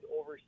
over